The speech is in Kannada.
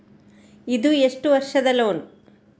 ಇದು ಎಷ್ಟು ವರ್ಷದ ಲೋನ್?